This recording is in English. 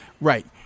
right